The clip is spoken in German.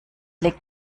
legt